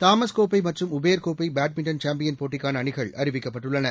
Thomas கோப்பை மற்றும் Uber கோப்பை பேட்மின்டன் சாம்பியன் போட்டிக்கான அணிகள் அறிவிக்கப்பட்டுள்ளன